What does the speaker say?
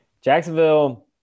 Jacksonville